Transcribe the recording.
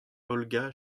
olga